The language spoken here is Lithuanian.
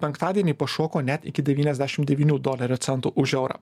penktadienį pašoko net iki devyniasdešim devynių dolerio centų už eurą